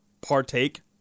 partake